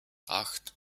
acht